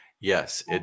Yes